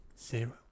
Zero